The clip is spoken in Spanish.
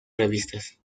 revistas